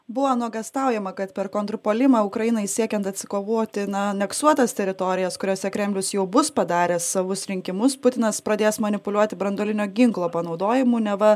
buvo nuogąstaujama kad per kontrpuolimą ukrainai siekiant atsikovoti na aneksuotas teritorijas kuriose kremlius jau bus padaręs savus rinkimus putinas pradės manipuliuoti branduolinio ginklo panaudojimu neva